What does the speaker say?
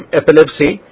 epilepsy